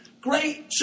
Great